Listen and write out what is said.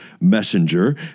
messenger